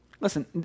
Listen